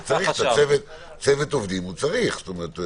אבל צוות עובדים הוא צריך.